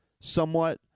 somewhat